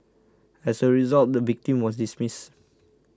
as a result the victim was dismissed